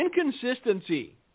inconsistency